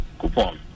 coupon